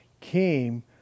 came